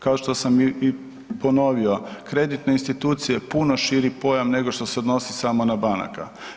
Kao što sam i ponovio, kreditne institucije puno širi pojam nego što se odnosi samo na banke.